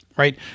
Right